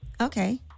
Okay